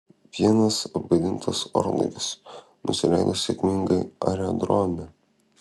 vienas apgadintas orlaivis nusileido sėkmingai aerodrome